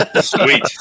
Sweet